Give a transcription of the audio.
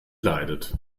leidet